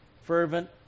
fervent